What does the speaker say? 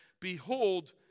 Behold